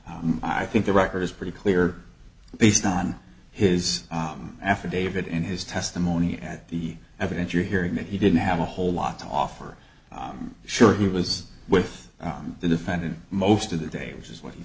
i think the record is pretty clear based on his affidavit and his testimony at the evidence you're hearing that he didn't have a whole lot to offer i'm sure he was with the defendant most of the day which is wh